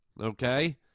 Okay